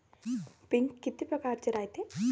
पिकं किती परकारचे रायते?